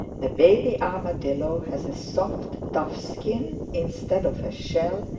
the baby armadillo has a soft, tough skin instead of a shell,